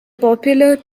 popular